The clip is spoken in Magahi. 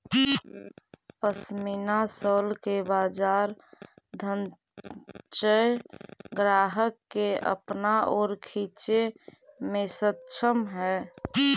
पशमीना शॉल के बाजार धनाढ्य ग्राहक के अपना ओर खींचे में सक्षम हई